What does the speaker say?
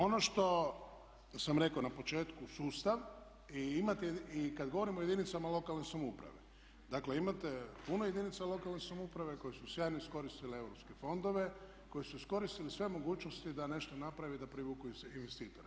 Ono što sam rekao na početku sustav i kad govorimo o jedinicama lokalne samouprave, dakle imate puno jedinica lokalne samouprave koje su sjajno iskoristile europske fondove, koji su iskoristili sve mogućnosti da nešto naprave i da privuku investitora.